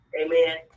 Amen